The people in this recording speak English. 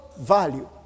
value